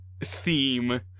theme